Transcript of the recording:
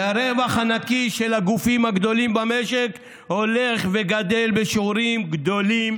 והרווח הנקי של הגופים הגדולים במשק הולך וגדל בשיעורים גדולים